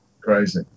crazy